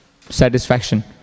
satisfaction